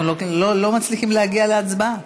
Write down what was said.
אנחנו לא מצליחים להגיע להצבעה.